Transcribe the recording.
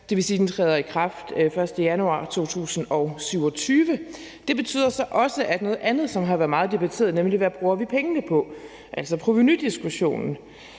Det vil sige, at den træder i kraft den 1. januar 2027. Det betyder så også, at noget andet, som har været meget debatteret, nemlig hvad vi bruger pengene på, altså provenudiskussionen,